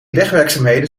wegwerkzaamheden